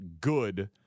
good